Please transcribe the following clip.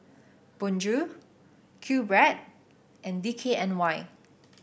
Bonjour QBread and D K N Y